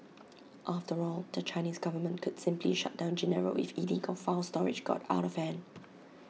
after all the Chinese government could simply shut down Genaro if illegal file storage got out of hand